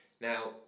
Now